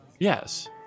Yes